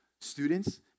students